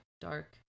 dark